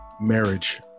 marriage